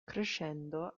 crescendo